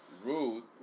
Rude